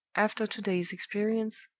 after to-day's experience,